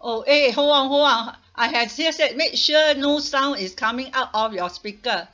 oh eh hold on hold on I had here said make sure no sound is coming out of your speaker